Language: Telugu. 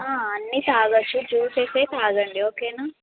అన్నీ తాగొచ్చు జూస్ అయితే తాగండి ఓకేనా